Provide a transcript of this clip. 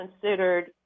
considered